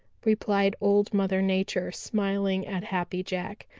replied old mother nature, smiling at happy jack.